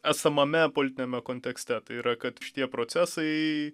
esamame politiniame kontekste tai yra kad šitie procesai